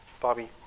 Bobby